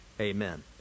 amen